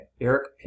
Eric